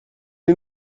این